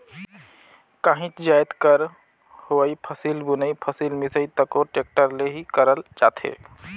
काहीच जाएत कर डोहई, फसिल बुनई, फसिल मिसई तको टेक्टर ले ही करल जाथे